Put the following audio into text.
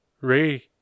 Ray